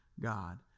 God